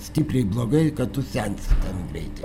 stipriai blogai kad tu sensi ten greit